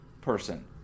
person